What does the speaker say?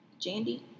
Jandy